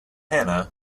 hannah